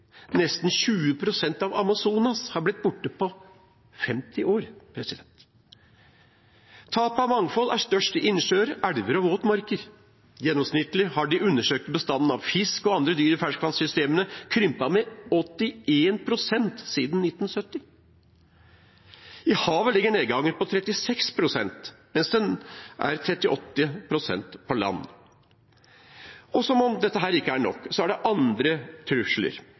nesten 20 pst. av Amazonas har blitt borte på 50 år. Tapet av mangfold er størst i innsjøer, elver og våtmarker. Gjennomsnittlig har de undersøkte bestandene av fisk og andre dyr i ferskvannssystemene krympet med 81 pst. siden 1970. I havet ligger nedgangen på 36 pst., mens den er 38 pst. på land. Som om dette ikke er nok: Det er også andre trusler.